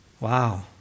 Wow